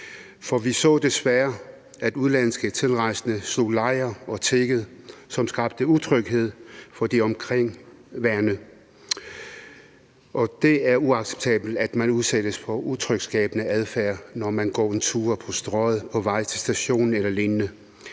Vi så desværre, at udenlandske tilrejsende slog lejr og tiggede, og det skabte utryghed for de omkringværende, og det er uacceptabelt, at man udsættes for utryghedsskabende adfærd, når man går en tur på Strøget, er på vej til stationen eller lignende.